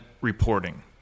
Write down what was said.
reporting